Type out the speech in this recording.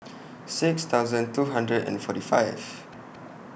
six thousand two hundred and forty five